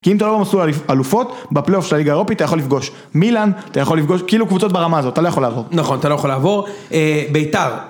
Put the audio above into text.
כי אם אתה לא במסלול אלופות, בפלי אופ של הליגה האירופית אתה יכול לפגוש מילאן, אתה יכול לפגוש... כאילו קבוצות ברמה הזאת, אתה לא יכול לעבור. נכון, אתה לא יכול לעבור, בית"ר.